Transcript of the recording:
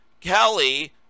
Kelly